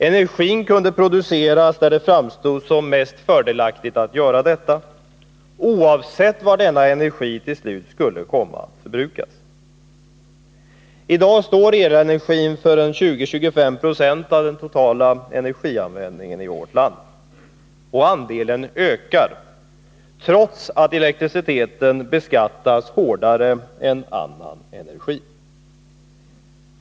Energin kunde produceras där det framstod som mest fördelaktigt att göra detta, oavsett var denna energi till slut skulle komma att förbrukas. I dag står elenergin för 20-25 26 av den totala energianvändningen i vårt land, och andelen ökar trots att elektriciteten beskattas hårdare än annan energi.